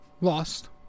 lost